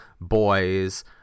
Boys